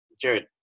Jared